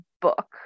book